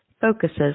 focuses